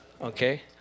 okay